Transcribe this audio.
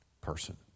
person